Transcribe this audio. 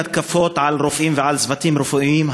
התקיפות של רופאים ושל צוותים רפואיים,